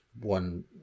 one